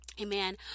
Amen